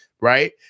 right